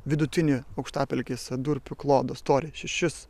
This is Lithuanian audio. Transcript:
vidutinį aukštapelkės durpių klodo storis šešis